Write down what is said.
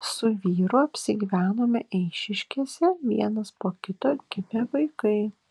su vyru apsigyvenome eišiškėse vienas po kito gimė vaikai